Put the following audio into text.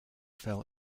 fell